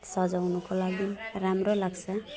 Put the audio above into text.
सजाउनुको लागि राम्रै लाग्छ